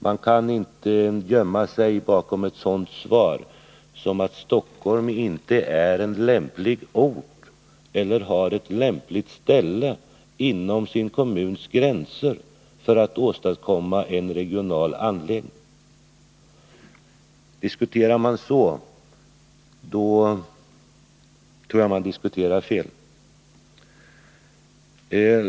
Man kan inte gömma sig bakom ett sådant svar som att Stockholm inte är en lämplig ort eller inte har någon lämplig plats inom kommunens gränser för att åstadkomma en regional anläggning. Diskuterar man så tror jag att man diskuterar fel.